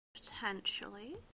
potentially